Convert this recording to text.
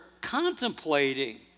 contemplating